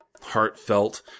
heartfelt